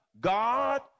God